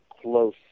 close